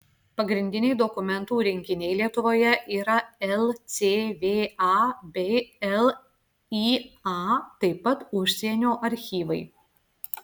pagrindiniai dokumentų rinkiniai lietuvoje yra lcva bei lya taip pat užsienio archyvai